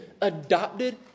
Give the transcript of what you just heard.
adopted